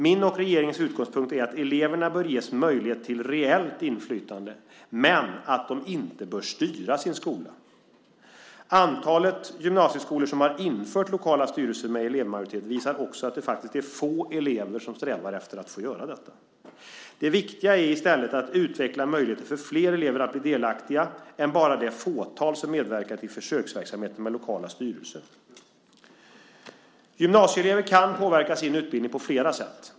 Min och regeringens utgångspunkt är att eleverna bör ges möjligheter till reellt inflytande men att de inte bör styra sin skola. Antalet gymnasieskolor som har infört lokala styrelser med elevmajoritet visar också att det faktiskt är få elever som strävar efter att få göra detta. Det viktiga är i stället att utveckla möjligheter för flera elever att bli delaktiga än bara det fåtal som medverkat i försöksverksamheten med lokala styrelser. Gymnasieelever kan påverka sin utbildning på flera sätt.